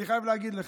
אני חייב להגיד לך,